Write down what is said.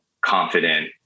confident